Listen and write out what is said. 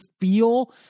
feel